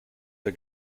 der